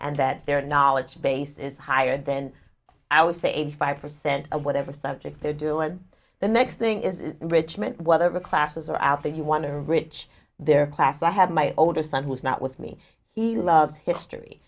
and that their knowledge base is higher then i would say eighty five percent of whatever subject they're doing the next thing is richmond whether the classes are out there you want to rich their class i have my older son who's not with me he loves history